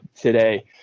today